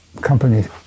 Companies